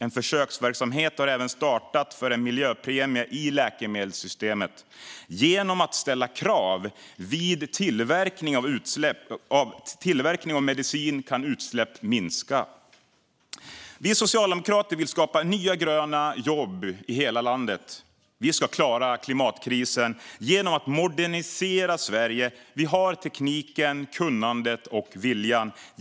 En försöksverksamhet har även startat för en miljöpremie i läkemedelssystemet. Genom att ställa krav vid tillverkning av medicin kan utsläppen minska. Vi socialdemokrater vill skapa nya gröna jobb i hela landet. Vi ska klara klimatkrisen genom att modernisera Sverige. Vi har tekniken, kunnandet och viljan.